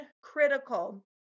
critical